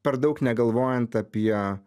per daug negalvojant apie